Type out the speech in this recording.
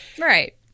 Right